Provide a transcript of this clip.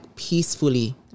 peacefully